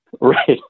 Right